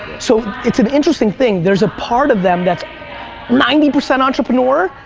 so it's an interesting thing. there's a part of them that's ninety percent entrepreneur,